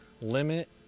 limit